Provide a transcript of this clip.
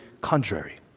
contrary